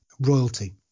royalty